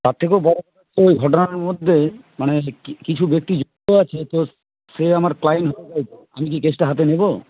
তার থেকেও বড় হচ্ছে ওই ঘটনার মধ্যে মানে কিছু ব্যক্তি আছে তো সেই আমার আমি কি কেসটা হাতে নেব